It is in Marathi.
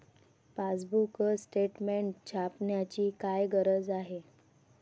पासबुक स्टेटमेंट छापण्याची काय गरज आहे?